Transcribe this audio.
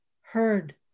heard